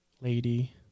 lady